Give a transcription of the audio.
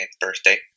birthday